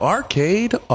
Arcade